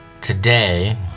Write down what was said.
Today